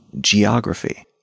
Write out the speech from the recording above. geography